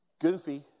Goofy